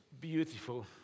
beautiful